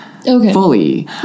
fully